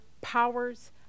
powers